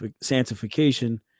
sanctification